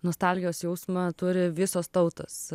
nostalgijos jausmą turi visos tautos